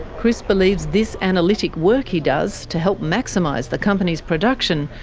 chris believes this analytic work he does to help maximise the company's production,